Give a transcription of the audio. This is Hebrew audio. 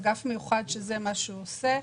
יש אגף מיוחד שזה מה שהוא עושה.